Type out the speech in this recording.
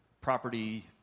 Property